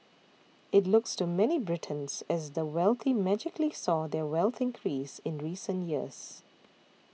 it looks to many Britons as the wealthy magically saw their wealth increase in recent years